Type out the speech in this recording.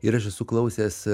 ir aš esu klausęs